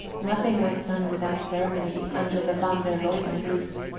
nothing was done without ceremony under the van der luyden roof,